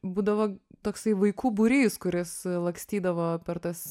būdavo toksai vaikų būrys kuris lakstydavo per tas